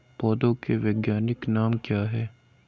पौधों के वैज्ञानिक नाम क्या हैं?